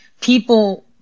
people